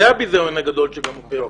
זה הביזיון הגדול.